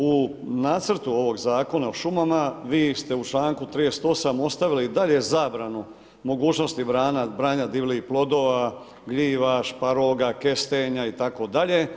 U nacrtu ovog Zakona o šumama, vi ste u članku 38. ostavili i dalje zabranu mogućnosti branja divljih plodova, gljiva, šparoga, kestenja itd.